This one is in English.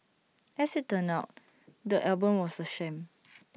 as IT turns out the album was A sham